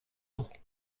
ans